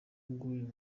bwuyu